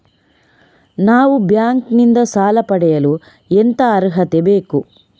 ನಾವು ಬ್ಯಾಂಕ್ ನಿಂದ ಸಾಲ ಪಡೆಯಲು ಎಂತ ಅರ್ಹತೆ ಬೇಕು?